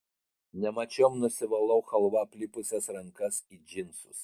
nemačiom nusivalau chalva aplipusias rankas į džinsus